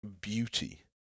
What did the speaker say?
beauty